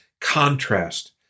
contrast